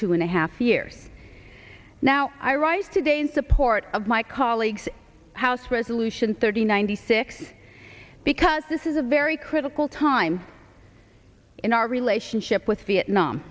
two and a half years now i write today in support of my colleagues house resolution thirty ninety six because this is a very critical time in our relationship with vietnam